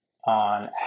on